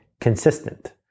consistent